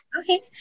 Okay